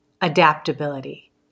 adaptability